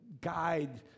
guide